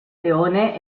leone